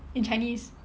in chinese